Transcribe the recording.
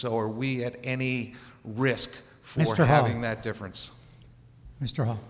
so are we at any risk for having that difference mr h